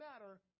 matter